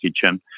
kitchen